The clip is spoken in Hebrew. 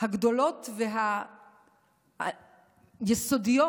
הגדולות והיסודיות